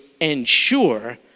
ensure